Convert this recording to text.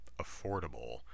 affordable